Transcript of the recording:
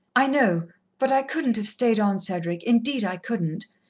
i know. but i couldn't have stayed on, cedric, indeed i couldn't.